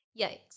Yikes